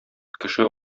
кеше